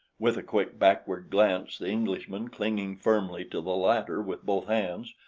with a quick backward glance the englishman, clinging firmly to the ladder with both hands,